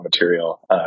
material